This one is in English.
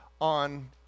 on